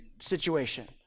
situation